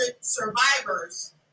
survivors